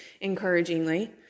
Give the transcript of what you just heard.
encouragingly